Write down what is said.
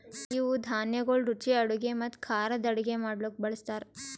ಇವು ಧಾನ್ಯಗೊಳ್ ರುಚಿಯ ಅಡುಗೆ ಮತ್ತ ಖಾರದ್ ಅಡುಗೆ ಮಾಡ್ಲುಕ್ ಬಳ್ಸತಾರ್